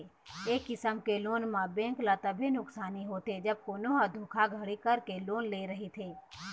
ए किसम के लोन म बेंक ल तभे नुकसानी होथे जब कोनो ह धोखाघड़ी करके लोन ले रहिथे